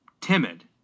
timid